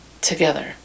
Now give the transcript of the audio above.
Together